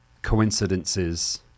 coincidences